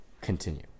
continue